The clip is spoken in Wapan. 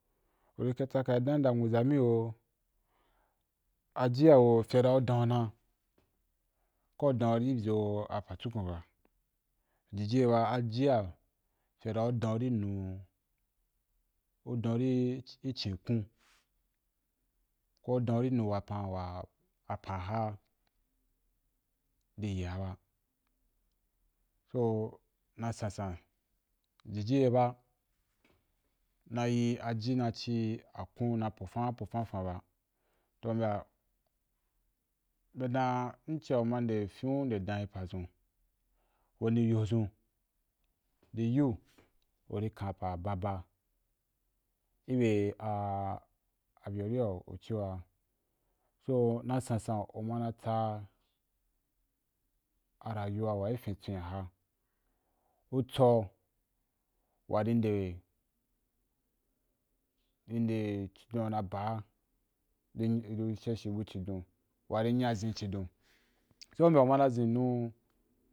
Uri tsa tsakai dan yi dan nwuza mi o aji’a fye dan u doun na kau u doun i zo apa jukun ba jiji ye ba ajiya fye dan u doun i nu, u doun ni chin kun ko u doun ri nu a wapan wa apa ha ri yi a ba, so na sansan, jiji ye ba na yi aji na ci akun na pofa pofa fa ba toh bya be dan ncia u ma nde fin’u de danyi pazun, weni yo zun di yu uri kan pa baba i bya a a be a ri a u ci yo a, so na sansan umana tsa arayuwa wa i fin twen a ha u tsau wa ri nde ri nde chidon wa una ba ri shea shi bu chidon wa ri nya zin bu zhidon so u bya u mama zin nu